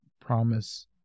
promise